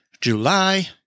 July